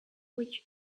which